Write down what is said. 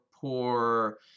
poor